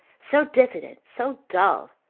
so diffident, so dull,